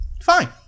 fine